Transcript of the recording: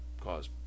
cause